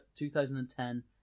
2010